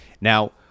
Now